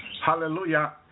hallelujah